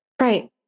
Right